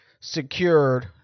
secured